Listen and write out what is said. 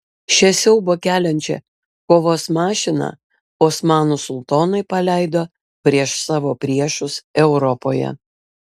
šią siaubą keliančią kovos mašiną osmanų sultonai paleido prieš savo priešus europoje